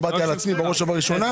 דיברתי על עצמי בראש ובראשונה.